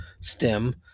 STEM